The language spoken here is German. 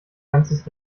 ganzes